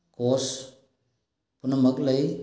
ꯀꯣꯁ ꯄꯨꯝꯅꯃꯛ ꯂꯩ